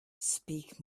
speak